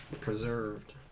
preserved